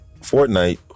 Fortnite